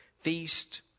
Feast